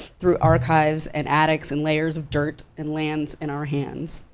through archives and attics, and layers of dirt, and lands in our hands.